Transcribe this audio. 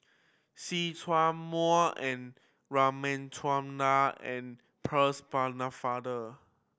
See Chak Mun R and Percy Pennefather